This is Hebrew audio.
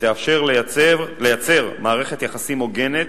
ותאפשר לייצר מערכת יחסים הוגנת